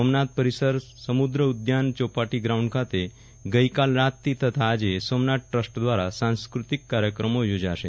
સોમનાથ પરિસર સમુદ્ર ઉદ્યાન ચોપાટી ગ્રાઉન્ડ ખાતે ગઈ કાલ રાત તથા આજે સોમનાથ ટ્રસ્ટ દ્વારા સાંસ્કૃતિક કાર્યક્રમો યોજાશે